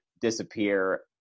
disappear